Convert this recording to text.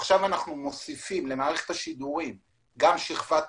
עכשיו אנחנו מוסיפים למערכת השידורים גם שכבת תוכן.